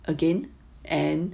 again and